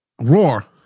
Roar